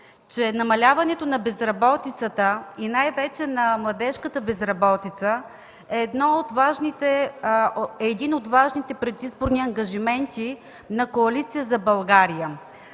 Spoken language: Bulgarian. че намаляването на безработицата, и най-вече на младежката безработица, е един от важните предизборни ангажименти на Коалиция за България,